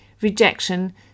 rejection